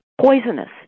poisonous